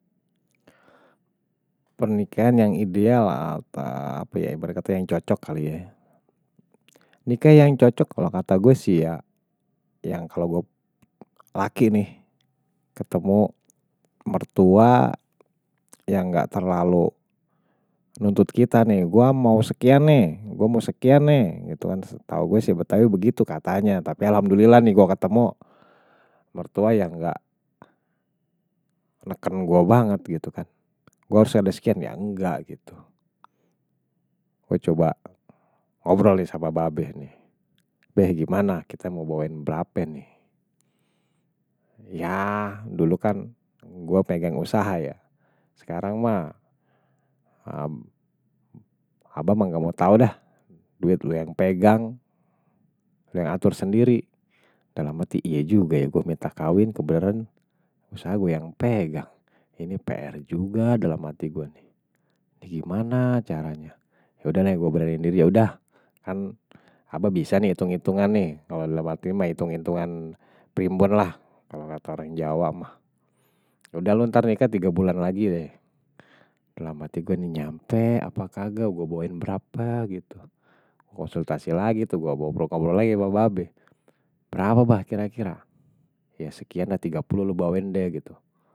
Pernikahan yang ideal, ape apa ye yang cocok kali ya, nikah yang cocok kalau kata gue sih ya yang kalau gue laki nih ketemu mertua yang nggak terlalu nuntut kita nih, gue mau sekian nih, gue mau sekian nih, gitu kan, tau gue sih betul-betul begitu katanya tapi alhamdulillah nih gue ketemu mertua yang nggak neken gue banget, gitu kan, gue harus ada sekian ya nggak gitu gue coba ngobrol nih sama babe nih, babe gimana kita mau bawain berapen nih, ya dulu kan gue pegang usaha ya, sekarang mah abah nggak mau tau dah, duit lo yang pegang, lo yang atur sendiri dalam hati iya juga ya, gue minta kawin kebenaran usaha gue yang pegang, ini pr juga dalam hati gue nih ini gimana caranya, ya udah nih gue beraniin diri, yaudah, kan abang bisa nih hitung-hitungan nih, kalau dalam hati ini mah hitung-hitungan perimbun lah kalau nggak tau orang jawa mah, yaudah lo ntar nikah 3 bulan lagi deh, dalam hati gue nih nyampe apa kagak, gue bawain berapa gitu konsultasi lagi tuh, gue bawa sepuluh sampe dua puluh lagi ya babe babe, berapa bah kira-kira, ya sekian dah 30 lo bawain deh gitu